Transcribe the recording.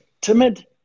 timid